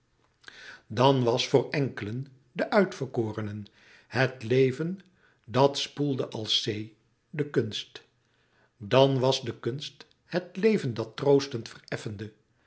dan was voor enkelen de uitverkoornen het leven dat spoelde als zee de kunst dan was de kunst het leven dat troostend vereffende